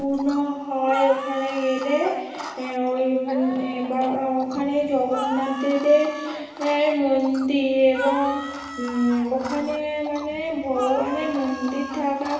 পূর্ণ হয় ওখানে গেলে ঐ এবা ওখানে জগন্নাথদেবের মন্দির এবং ওখানে মানে ভগবানের মন্দির থাকা